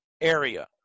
area